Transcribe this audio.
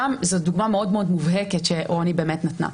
שם זו דוגמה מאוד מאוד מובהקת שרוני נתנה.